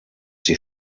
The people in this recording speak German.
sie